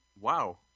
Wow